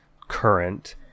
current